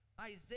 Isaiah